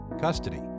custody